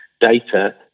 data